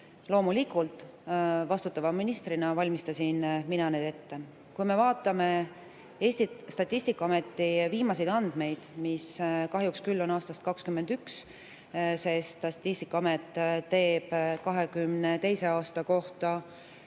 Loomulikult, vastutava ministrina valmistasin mina need ette. Kui me vaatame Eesti statistikaameti viimaseid andmeid, mis kahjuks küll on aastast 2021, sest Statistikaamet teeb 2022. aasta kohta